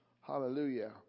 Hallelujah